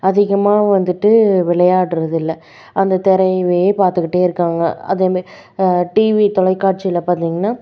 அதிகமாக வந்துட்டு விளையாடுகிறது இல்லை அந்த திரையவே பார்த்துக்கிட்டே இருக்காங்கள் அதே மாரி டிவி தொலைக்காட்சியில பார்த்தீங்கன்னா